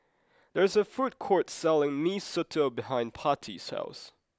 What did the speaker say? there is a food court selling Mee Soto behind Patti's house